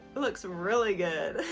it looks really good.